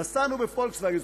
נסענו בפולקסווגן.